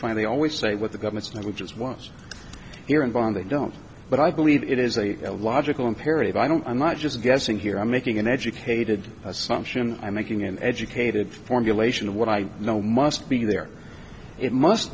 find they always say what the government which is once here involved they don't but i believe it is a logical imperative i don't i'm not just guessing here i'm making an educated assumption i'm making an educated formulation of what i know must be there it must